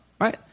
right